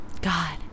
God